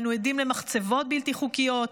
אנו עדים למחצבות בלתי חוקיות,